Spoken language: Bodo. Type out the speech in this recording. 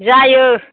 जायो